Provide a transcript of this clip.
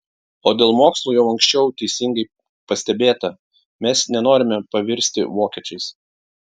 o dėl mokslų jau anksčiau teisingai pastebėta mes nenorime pavirsti vokiečiais